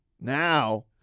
Now